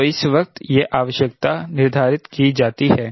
तो इस वक्त यह आवश्यकता निर्धारित की जाती है